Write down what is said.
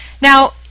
Now